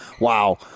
wow